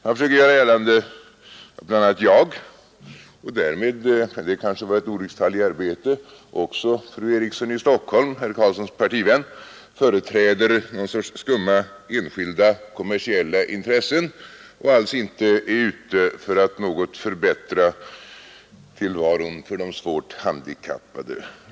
Han försökte göra gällande att bl.a. jag — och därmed, men det kanske var ett olycksfall i arbetet, också fru Eriksson i Stockholm, herr Karlssons partivän — företräder skumma enskilda kommersiella intressen och alls inte är ute för att något förbättra tillvaron för de svårt handikappade.